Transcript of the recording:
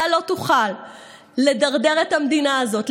אתה לא תוכל לדרדר את המדינה הזאת,